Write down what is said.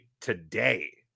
today